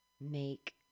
make